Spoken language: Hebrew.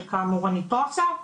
שכאמור אני פה עכשיו,